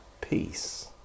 peace